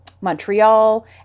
Montreal